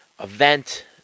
event